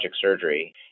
surgery